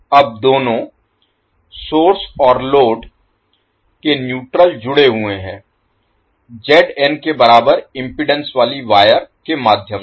अब दोनों सोर्स और लोड के न्यूट्रल जुड़े हुए हैं के बराबर इम्पीडेन्स वाली वायर के माध्यम से